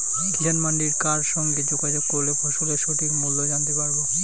কিষান মান্ডির কার সঙ্গে যোগাযোগ করলে ফসলের সঠিক মূল্য জানতে পারবো?